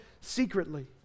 secretly